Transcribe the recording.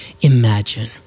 imagine